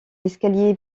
escalier